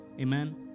amen